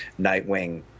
Nightwing